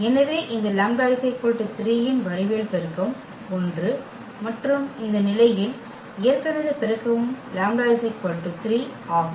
எனவே இந்த λ 3 இன் வடிவியல் பெருக்கம் 1 மற்றும் இந்த நிலையில் இயற்கணித பெருக்கமும் λ 3 ஆகும்